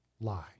lie